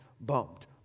bumped